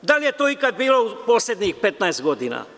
Da li je to ikada bilo u poslednjih 15 godina?